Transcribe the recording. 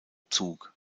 zug